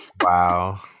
Wow